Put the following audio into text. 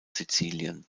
sizilien